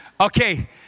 Okay